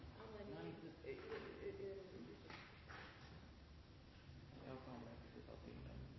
Da er